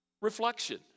Reflection